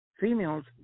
females